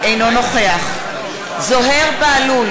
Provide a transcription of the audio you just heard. אינו נוכח זוהיר בהלול,